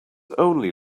only